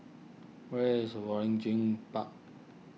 where is Waringin Park